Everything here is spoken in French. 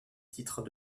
titres